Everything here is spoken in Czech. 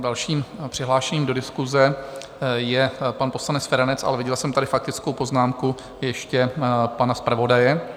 Dalším přihlášeným do diskuse je pan poslanec Feranec, ale viděl jsem tady faktickou poznámku ještě pana zpravodaje.